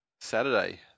Saturday